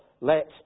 Let